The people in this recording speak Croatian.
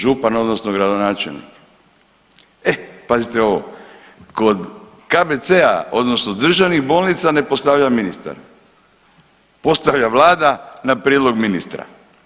Župan odnosno gradonačelnik e pazite ovo kod KBC-a odnosno državnih bolnica ne postavlja ministar, postavlja Vlada na prijedlog ministra.